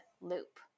loop